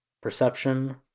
Perception